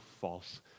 false